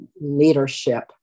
leadership